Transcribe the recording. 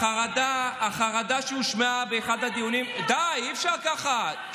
החרדה שהושמעה באחד הדיונים, די, אי-אפשר ככה.